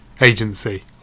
agency